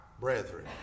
brethren